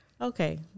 Okay